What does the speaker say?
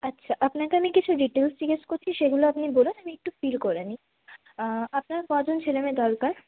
আচ্ছা আপনাকে আমি কিছু ডিটেলস জিজ্ঞেস করছি সেগুলো আপনি বলুন আমি একটু ফিল করে নি আপনার কজন ছেলেমেয়ে দরকার